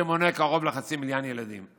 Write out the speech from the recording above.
שמונה קרוב לחצי מיליון ילדים.